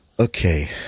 okay